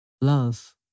Love